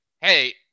Hey